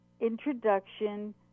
introduction